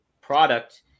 product